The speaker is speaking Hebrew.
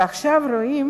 ועכשיו רואים